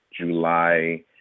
July